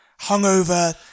hungover